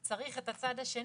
צריך את הצד השני,